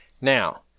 Now